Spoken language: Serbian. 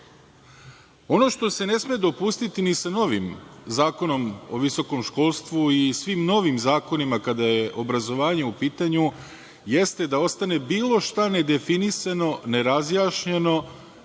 što se ne sme dopustiti ni sa novim Zakonom o visokom školstvu i svim novim zakonima kada je obrazovanje u pitanju jeste da ostane bilo šta nedefinisano, nerazjašnjeno